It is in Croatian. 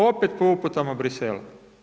Opet po uputama Bruxellesa.